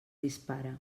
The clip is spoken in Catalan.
dispara